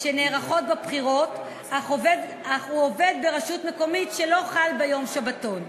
שנערכות בה בחירות אך הוא עובד ברשות מקומית שלא חל בה יום שבתון.